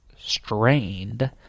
strained